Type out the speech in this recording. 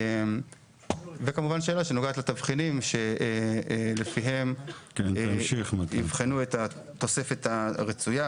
וכמובן שאלה שנוגעת לתבחינים שלפיהם יבחנו את התוספת הרצויה,